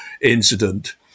incident